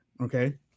Okay